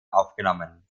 aufgenommen